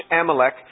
Amalek